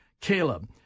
Caleb